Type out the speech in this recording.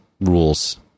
Rules